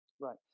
Right